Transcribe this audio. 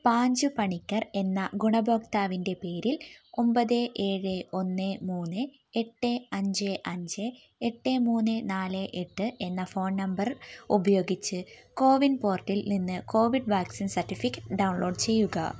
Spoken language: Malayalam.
പാഞ്ചു പണിക്കർ എന്ന ഗുണഭോക്താവിന്റെ പേരിൽ ഒൻപത് ഏഴ് ഒന്ന് മൂന്ന് എട്ട് അഞ്ച് അഞ്ച് എട്ട് മൂന്ന് നാല് എട്ട് എന്ന ഫോൺ നമ്പർ ഉപയോഗിച്ച് കോ വിൻ പോർട്ടലിൽ നിന്ന് കോവിഡ് വാക്സിൻ സർട്ടിഫിക്കറ്റ് ഡൗൺലോഡ് ചെയ്യുക